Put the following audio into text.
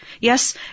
Yes